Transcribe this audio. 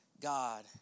God